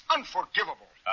Unforgivable